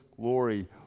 glory